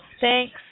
Thanks